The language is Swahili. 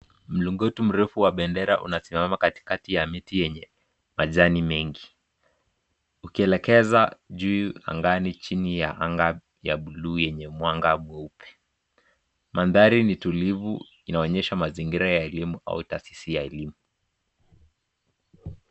Mlingoti mrefu wa bendera unasimama kakati ya miti yenye majani mengi. Ukielekeza juu angani, chini ya anga ya buluu yenye mwanga mweupe. Madhari ni tulivu inaonyesha mazingira ya elimu au tahasisi ya elimu.